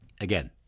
Again